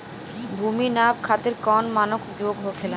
भूमि नाप खातिर कौन मानक उपयोग होखेला?